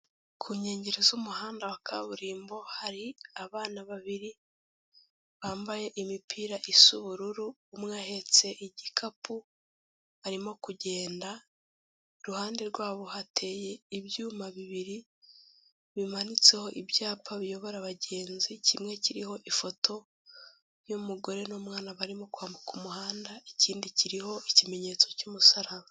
Ku nkengero z'umuhanda wa kaburimbo, hari abana babiri bambaye imipira isa ubururu, umwe ahetse igikapu arimo kugenda, iruhande rwabo hateye ibyuma bibiri bimanitseho ibyapa biyobora abagenzi, kimwe kiriho ifoto y'umugore n'umwana barimo kwambuka umuhanda, ikindi kiriho ikimenyetso cy'umusaraba.